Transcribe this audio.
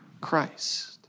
Christ